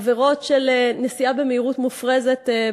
עבירות של נסיעה במהירות מופרזת,